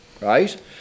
right